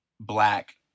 Black